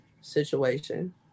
situation